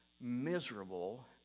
miserable